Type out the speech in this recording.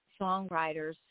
songwriters